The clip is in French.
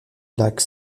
lac